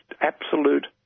absolute